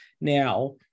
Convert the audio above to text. now